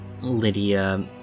Lydia